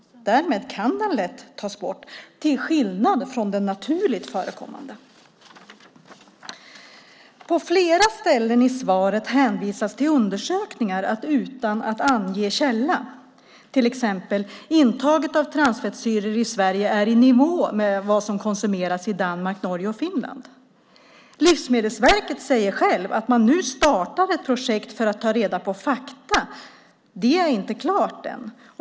Därmed kan det lätt tas bort, till skillnad från det naturligt förekommande transfettet. På flera ställen i svaret hänvisas till undersökningar utan att källa anges. Ett exempel: "Intaget av transfettsyror i Sverige är i nivå med vad som konsumeras i Danmark, Norge och Finland." Livsmedelsverket säger självt att man nu startar ett projekt för att ta reda på fakta. Det är inte klart än.